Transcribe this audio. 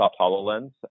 HoloLens